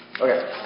Okay